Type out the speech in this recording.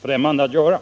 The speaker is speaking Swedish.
främmande att göra.